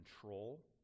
control